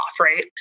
right